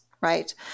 right